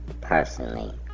personally